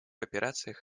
операциях